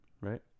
right